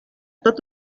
tot